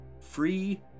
free